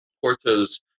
Porto's